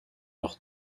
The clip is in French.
leur